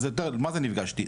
מה זה נפגשתי,